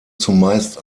zumeist